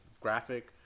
graphic